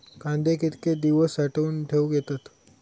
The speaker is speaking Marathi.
कांदे कितके दिवस साठऊन ठेवक येतत?